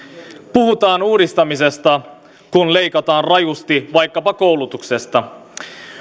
puhutaan uudistamisesta kun leikataan rajusti vaikkapa koulutuksesta